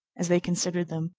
as they considered them,